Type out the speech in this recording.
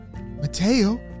Mateo